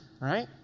right